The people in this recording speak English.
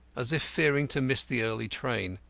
as if fearing to miss the early train.